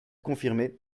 confirmé